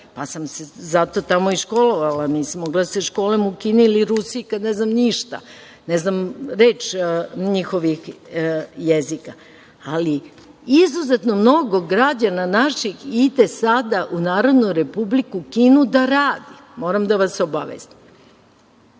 pa sam se zato tamo i školovala, nisam mogla da se školujem u Kini ili u Rusiji kada ne znam ništa, ne znam reč njihovih jezika. Ali, izuzetno mnogo građana naših ide sada u Narodnu Republiku Kinu da radi, moram da vas